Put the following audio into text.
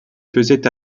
faisait